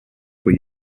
were